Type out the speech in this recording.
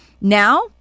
Now